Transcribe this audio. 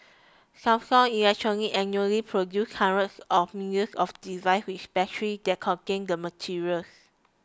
Samsung Electronics annually produces hundreds of millions of devices with batteries that contain the materials